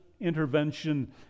intervention